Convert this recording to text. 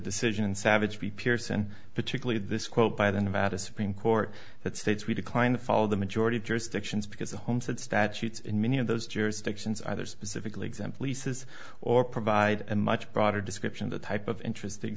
decision savagely pearson particularly this quote by the nevada supreme court that states we decline to follow the majority of jurisdictions because the homestead statutes in many of those jurisdictions either specifically example isas or provide a much broader description of the type of interesting